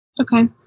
Okay